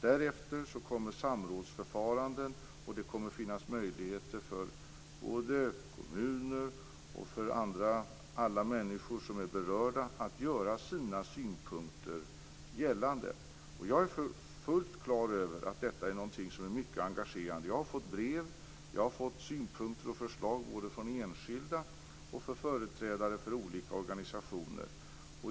Därefter blir det samrådsförfaranden, och det kommer att finnas möjligheter för såväl kommuner som andra berörda att göra sina synpunkter gällande. Jag är fullt klar över att detta är en fråga som engagerar mycket. Jag har fått brev, synpunkter och förslag både från enskilda och från företrädare för olika organisationer.